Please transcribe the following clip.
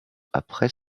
après